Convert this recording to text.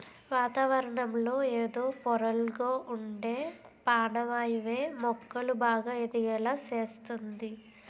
వాతావరణంలో ఎదో పొరల్లొ ఉండే పానవాయువే మొక్కలు బాగా ఎదిగేలా సేస్తంది